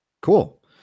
Cool